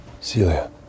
Celia